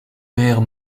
père